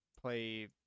play